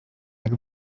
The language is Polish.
jak